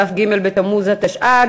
כ"ג בתמוז התשע"ג,